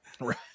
Right